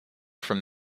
from